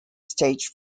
stage